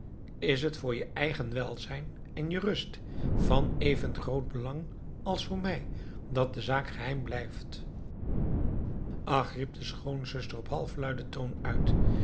is het voor je eigen welzijn en je rust van even groot belang als voor mij dat de zaak geheim blijft ach riep de schoonzuster op halfluiden toon uit